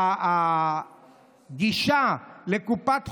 הגישה לקופת חולים,